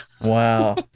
Wow